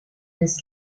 des